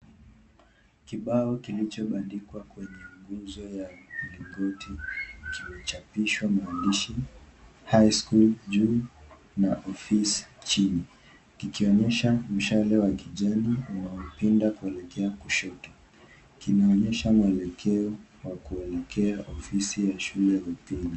Kibao kilicho bandikwa kwenye nguzo ya mlingoti kimechapishwa maandishi High School juu na ofisi chini, ikionyesha mshale wa kijani unaopinda kuelekea kushoto, kimeonyesha mwelekeo wa kuelekea ofisi ya shule ya upili.